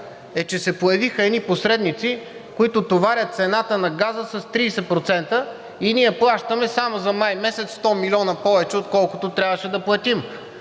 е, че се появиха едни посредници, които товарят цената на газа с 30% и ние плащаме само за месец май 100 милиона повече, отколкото трябваше да платим.